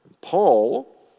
Paul